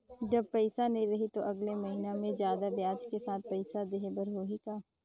जब पइसा नहीं रही तो अगले महीना मे जादा ब्याज के साथ पइसा देहे बर होहि का?